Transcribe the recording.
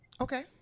Okay